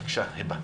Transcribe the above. בבקשה, היבה.